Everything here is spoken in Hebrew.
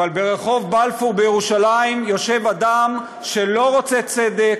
אבל ברחוב בלפור בירושלים יושב אדם שלא רוצה צדק,